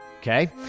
Okay